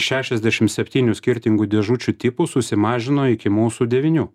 šešiasdešim septynių skirtingų dėžučių tipų susimažino iki mūsų devynių